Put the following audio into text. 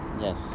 Yes